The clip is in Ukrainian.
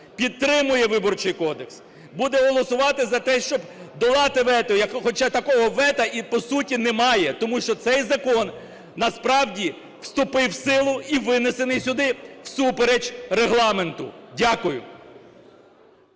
підтримує Виборчий кодекс, буде голосувати за те, щоб долати вето, хоча такого вето по суті немає, тому що цей закон насправді вступив в силу і винесений сюди всупереч Регламенту. Дякую.